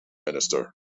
minister